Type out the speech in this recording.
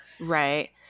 right